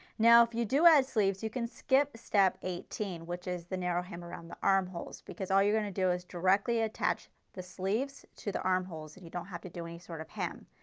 now if you do add sleeves, you can skip step eighteen which is the narrow hem around the armholes because all you are going to do is directly attach the sleeves to the armholes and you don't have to do any sort of hem.